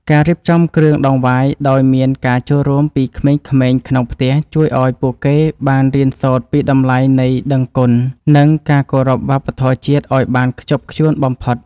ការរៀបចំគ្រឿងដង្វាយដោយមានការចូលរួមពីក្មេងៗក្នុងផ្ទះជួយឱ្យពួកគេបានរៀនសូត្រពីតម្លៃនៃដឹងគុណ និង ការគោរពវប្បធម៌ជាតិឱ្យបានខ្ជាប់ខ្ជួនបំផុត។